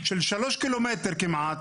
של שלושה קילומטר כמעט,